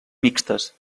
mixtes